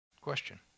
Question